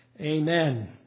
Amen